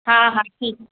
हा हा ठीकु